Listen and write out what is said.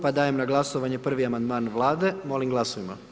Pa dajem na glasovanje prvi amandman Vlade, molim glasujmo.